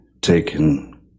taken